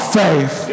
faith